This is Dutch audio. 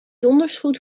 dondersgoed